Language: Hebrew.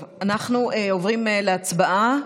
אנחנו עוברים להצבעה.